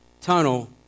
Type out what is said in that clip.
tunnel